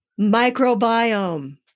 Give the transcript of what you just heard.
Microbiome